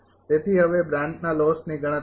તેથી હવે બ્રાન્ચના લોસની ગણતરી